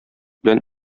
белән